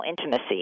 intimacy